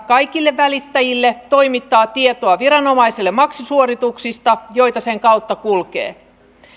kaikille välittäjille toimittaa tietoa viranomaisille maksusuorituksista joita sen kautta kulkee